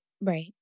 Right